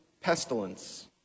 pestilence